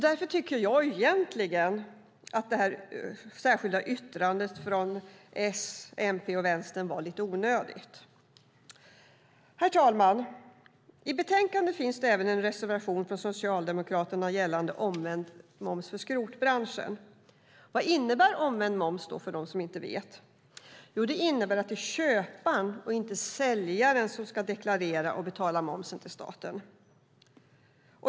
Därför tycker jag egentligen att det särskilda yttrandet från S, MP och V var lite onödigt. Herr talman! I betänkandet finns även en reservation från Socialdemokraterna gällande omvänd moms för skrotbranschen. Vad innebär då omvänd moms? För dem som inte vet det kan jag berätta att det innebär att det är köparen och inte säljaren som ska deklarera och betala momsen till staten.